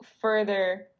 further